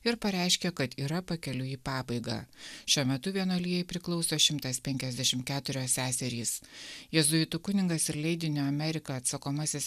ir pareiškė kad yra pakeliui į pabaigą šiuo metu vienuolijai priklauso šimtas penkiasdešimt keturios seserys jėzuitų kunigas ir leidinio amerika atsakomasis